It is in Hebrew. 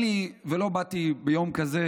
לא באתי ביום כזה,